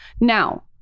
Now-